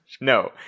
no